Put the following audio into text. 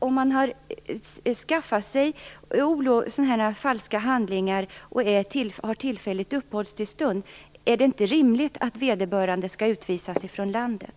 Om man har skaffat sig falska handlingar och har tillfälligt uppehållstillstånd, är det då inte rimligt att man skall utvisas från landet?